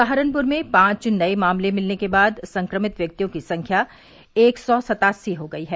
सहारनपुर में पांच नए मामले मिलने के बाद संक्रमितों की संख्या एक सौ सत्तासी हो गई है